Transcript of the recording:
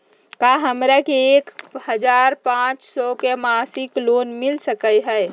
का हमरा के एक हजार पाँच सौ के मासिक लोन मिल सकलई ह?